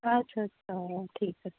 ਅੱਛਾ ਅੱਛਾ ਠੀਕ ਹੈ